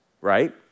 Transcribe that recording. right